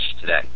today